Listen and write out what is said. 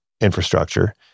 infrastructure